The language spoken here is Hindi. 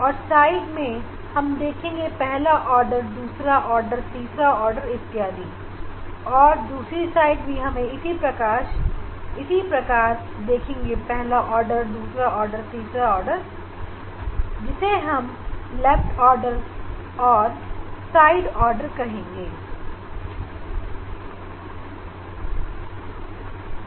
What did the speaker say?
इस तरफ भी हमें पहला दूसरा तीसरा इत्यादि आर्डर देखने को मिलेंगे इसीलिए हम टेबल में लेफ्ट साइड और राइट साइड लिख रहे हैं